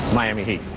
miami heat?